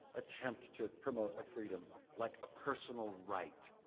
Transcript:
attempt to promote a freedom like a personal right,